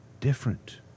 different